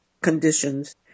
conditions